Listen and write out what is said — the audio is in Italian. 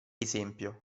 esempio